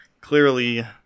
clearly